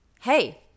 hey